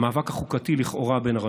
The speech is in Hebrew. המאבק החוקתי לכאורה בין הרשויות.